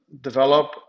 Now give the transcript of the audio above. develop